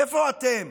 איפה אתם?